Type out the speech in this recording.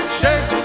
shake